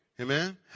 Amen